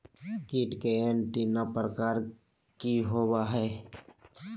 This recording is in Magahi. कीट के एंटीना प्रकार कि होवय हैय?